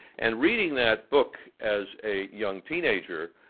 and reading that book as a young teenager,